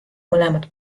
mõlemad